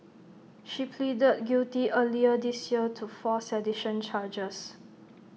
she pleaded guilty earlier this year to four sedition charges